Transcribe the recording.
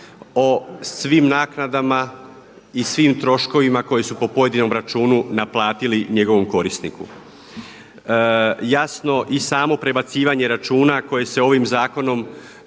o svim naknadama i svim troškovima koji su po pojedinom računu naplatili njegovom korisniku. Jasno, i samo prebacivanje računa koji se ovim zakonom